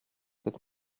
cette